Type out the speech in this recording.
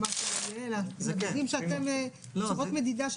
מן הסתם ככל הנראה זה יביא לאיזשהו שיווי משקל